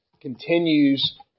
continues